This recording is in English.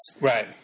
Right